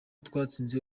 twatsinze